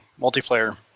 multiplayer